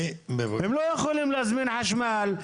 הם לא יכולים להתחבר לחשמל,